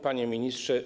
Panie Ministrze!